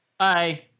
bye